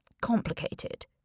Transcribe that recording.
complicated